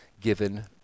given